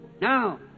Now